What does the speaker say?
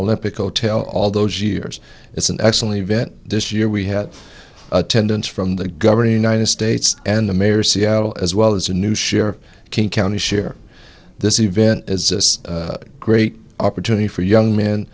olympic otel all those years it's an excellent event this year we had attendance from the governing united states and the mayor seattle as well as a new share king county share this event as this great opportunity for young men